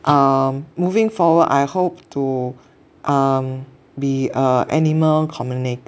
um moving forward I hope to um be a animal communi~